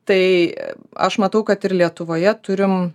tai aš matau kad ir lietuvoje turim